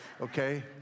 Okay